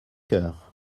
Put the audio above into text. heures